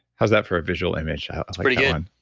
how's that for a visual image? pretty good